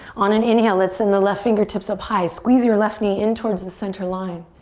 on an inhale, let's send the left fingertips up high. squeeze your left knee in towards the center line.